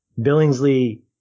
Billingsley